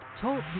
Talk